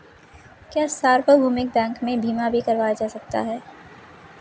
क्या सार्वभौमिक बैंक में बीमा भी करवाया जा सकता है?